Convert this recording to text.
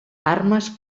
armes